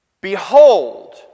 Behold